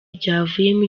ryavuyemo